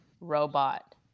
robot